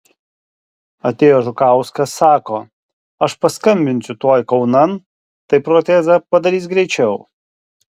atėjo žukauskas sako aš paskambinsiu tuoj kaunan tai protezą padarys greičiau